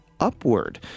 upward